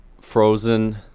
frozen